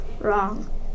wrong